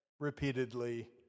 Repeatedly